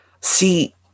See